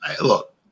look